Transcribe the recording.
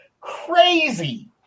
Crazy